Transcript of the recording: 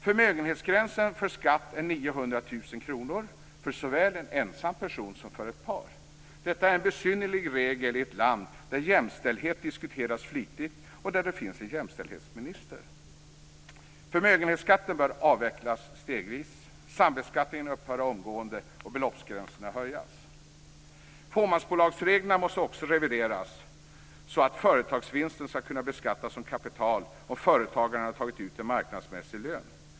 Förmögenhetsgränsen för skatt är 900 000 kr för såväl en ensam person som för ett par. Detta är en besynnerlig regel i ett land där jämställdhet diskuteras flitigt och där det finns en jämställdhetsminister. Förmögenhetsskatten bör avvecklas stegvis, sambeskattningen upphöra omgående och beloppsgränserna höjas. Reglerna för fåmansbolag måste också revideras så att företagsvinster skall kunna beskattas som kapital och företagarna kunna ta ut en marknadsmässig lön.